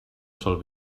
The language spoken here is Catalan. sol